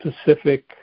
specific